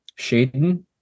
Shaden